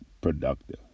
productive